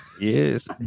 Yes